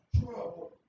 trouble